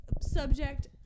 subject